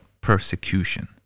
persecution